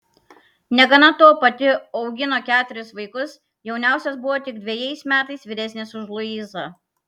negana to pati augino keturis vaikus jauniausias buvo tik dvejais metais vyresnis už luizą